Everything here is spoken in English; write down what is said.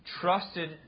trusted